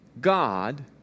God